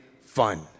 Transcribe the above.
fun